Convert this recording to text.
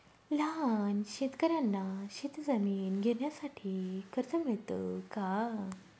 लहान शेतकऱ्यांना शेतजमीन घेण्यासाठी कर्ज मिळतो का?